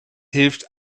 hilft